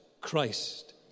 Christ